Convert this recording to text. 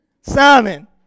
Simon